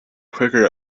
quicker